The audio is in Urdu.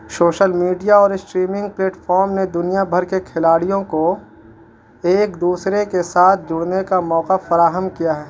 شوشل میڈیا اور اسٹریمنگ پلیٹفارم نے دنیا بھر کے کھلاڑیوں کو ایک دوسرے کے ساتھ جڑنے کا موقع فراہم کیا ہے